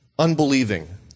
Unbelieving